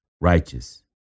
righteous